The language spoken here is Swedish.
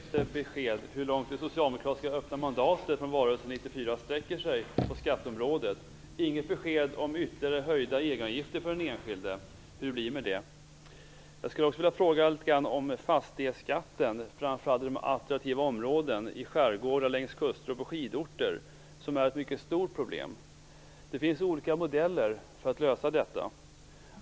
Fru talman! Jag fick inget besked om hur långt det socialdemokratiska öppna mandatet från valrörelsen 1994 sträcker sig på skatteområdet och inget besked om hur det blir med ytterligare höjda egenavgifter för den enskilde. Jag vill också fråga om fastighetsskatten, som är ett mycket stort problem framför allt i attraktiva områden i skärgård, längs kuster och på skidorter. Det finns olika modeller för att lösa detta.